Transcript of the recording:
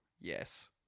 Yes